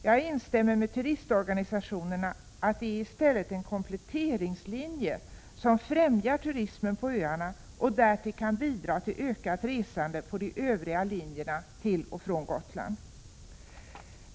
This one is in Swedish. Jag instämmer med turistorganisationerna i att det i stället är en kompletteringslinje, som främjar turismen på öarna och därtill kan bidra till ökat resande på de övriga linjerna till och från Gotland.